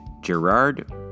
Gerard